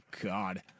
god